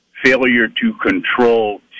failure-to-control